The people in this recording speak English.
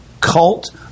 cult